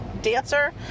dancer